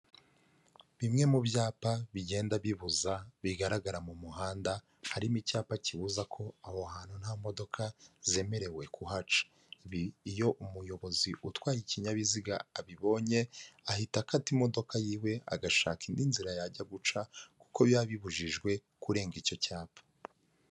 Bimwe mu byapa bigenda bibuza bigaragara mu muhanda harimo icyapa kibuza ko aho hantu nta modoka zemerewe kuhaca iyo umuyobozi utwaye ikinyabiziga abibonye ahita akata imodoka yiwe agashaka indi nzira yajya guca kuko yabibujijwe kurenga icyo cyapa.